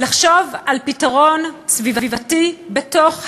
לחשוב על פתרון סביבתי בתוך התכנון,